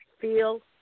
feel